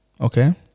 okay